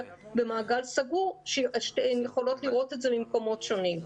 במעגל סגור שהן יוכלו לראות את זה ממקומות שונים.